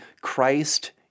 Christ